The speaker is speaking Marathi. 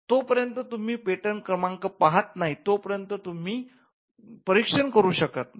जो पर्यंत तुम्ही पेटंट क्रमांक पाहत नाही तो पर्यंत तुम्ही परीक्षण करू शकत नाही